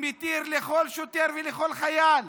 ומתיר לכל שוטר ולכל חייל